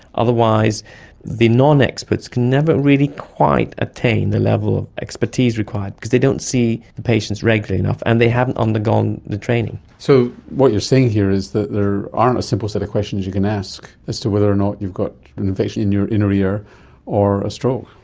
otherwise the non-experts can never really quite attain the level of expertise required because they don't see the patients regularly enough, and they haven't undergone the training. so what you're saying here is that there aren't a simple set of questions you can ask as to whether or not you've got in your inner ear or a stroke.